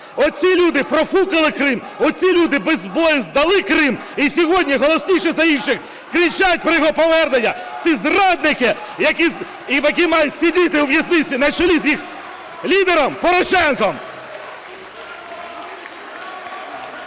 Оці люди "профукали" Крим, оці люди без бою здали Крим, і сьогодні голосніше за інших кричать про його повернення. Ці зрадники, які мають сидіти у в'язниці на чолі з їх лідером Порошенком!